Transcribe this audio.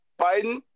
Biden